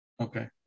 Okay